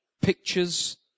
pictures